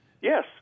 Yes